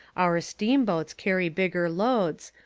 our steamboats carry bigger loads,